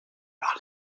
par